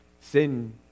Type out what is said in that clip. Sin